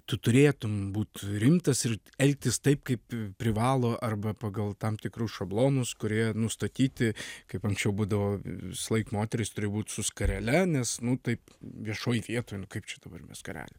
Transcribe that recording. tu turėtum būt rimtas ir elgtis taip kaip privalo arba pagal tam tikrus šablonus kurie nustatyti kaip anksčiau būdavo visąlaik moterys turi būti su skarele nes nu taip viešoj vietoj nu kaip čia dabar be skarelių